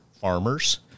farmers